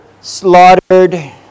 slaughtered